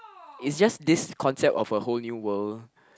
is just this concept of a whole new world